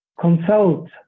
consult